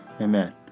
Amen